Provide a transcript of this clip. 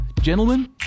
Gentlemen